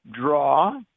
draw